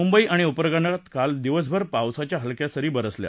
मुंबई आणि उपनगरात काल दिवसभर पावसाच्या हलक्या सरी बरसल्या